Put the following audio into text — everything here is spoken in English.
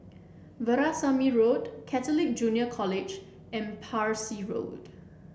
Veerasamy Road Catholic Junior College and Parsi Road